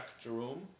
Jerome